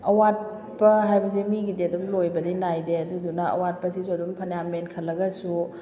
ꯑꯋꯥꯠꯄ ꯍꯥꯏꯕꯁꯦ ꯃꯤꯒꯤꯗꯤ ꯑꯗꯨꯝ ꯂꯣꯏꯕꯗꯤ ꯅꯥꯏꯗꯦ ꯑꯗꯨꯗꯨꯅ ꯑꯋꯥꯠꯄꯁꯤꯁꯨ ꯑꯗꯨꯝ ꯐꯅꯌꯥꯝ ꯃꯦꯟꯈꯠꯂꯒꯁꯨ